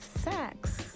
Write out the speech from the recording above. sex